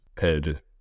head